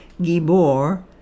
gibor